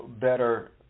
better